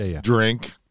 drink